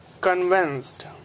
Convinced